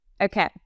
Okay